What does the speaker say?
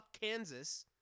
kansas